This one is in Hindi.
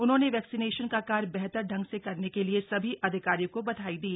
उन्होंने वैक्सीनेशन का कार्य बेहतर ढंग से करने के लिए सभी अधिकारियों को बधाई दी